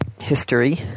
history